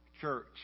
church